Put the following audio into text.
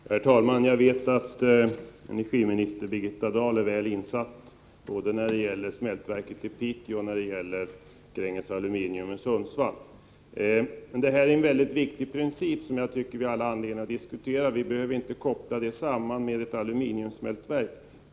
Herr talman! Jag vet att energiminister Birgitta Dahl är väl insatt i frågorna både när det gäller smältverket i Piteå och när det gäller Gränges Aluminium i Sundsvall. Det är här fråga om en mycket viktig princip, som jag tycker vi har all anledning att diskutera. Vi behöver inte koppla den till frågan om ett aluminiumsmältverk.